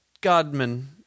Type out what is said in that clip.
Godman